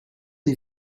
des